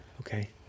Okay